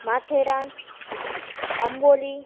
Matheran Amboli